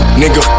nigga